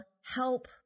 help